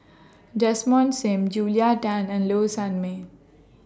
Desmond SIM Julia Tan and Low Sanmay